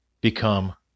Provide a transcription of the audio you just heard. become